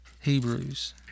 Hebrews